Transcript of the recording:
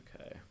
Okay